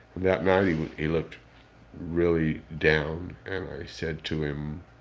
that night he but he looked really down and i said to him,